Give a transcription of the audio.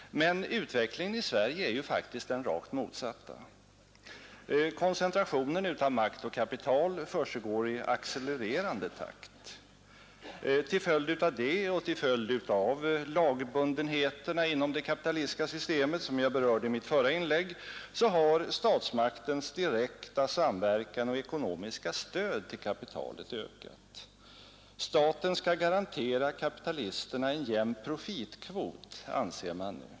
Men utvecklingen i Sverige är faktiskt den rakt motsatta. Koncentrationen av makt och kapital försiggår i accelererande takt. Till följd härav och till följd av lagbundenheterna inom det kapitalistiska systemet, som jag berörde i mitt förra inlägg, har statsmaktens direkta samverkan och ekonomiska stöd till kapitalet ökat. Staten skall garantera kapitalisterna en jämn profitkvot, anser man nu.